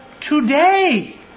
today